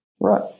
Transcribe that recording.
Right